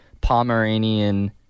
Pomeranian